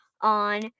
on